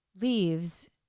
leaves